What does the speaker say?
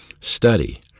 Study